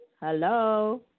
Hello